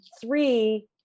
three